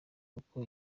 uko